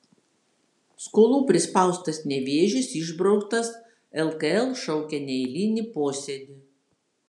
skolų prispaustas nevėžis išbrauktas lkl šaukia neeilinį posėdį